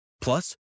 Plus